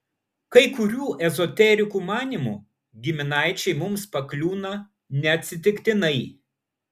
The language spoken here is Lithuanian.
kai kurių ezoterikų manymu giminaičiai mums pakliūna ne atsitiktinai